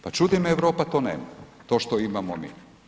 Pa čudi me, Europa to nema to što imamo mi.